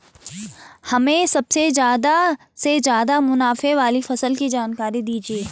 हमें सबसे ज़्यादा से ज़्यादा मुनाफे वाली फसल की जानकारी दीजिए